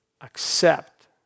accept